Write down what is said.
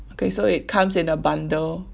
okay so it comes in a bundle